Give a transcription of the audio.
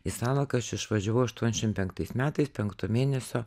į salaką aš išvažiavau aštuonšim penktais metais penkto mėnesio